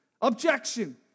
Objection